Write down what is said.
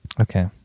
Okay